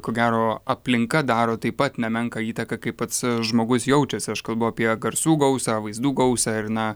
ko gero aplinka daro taip pat nemenką įtaką kaip pats žmogus jaučiasi aš kalbu apie garsų gausą vaizdų gausą ir na